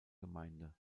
gemeinde